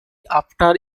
after